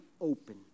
open